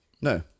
No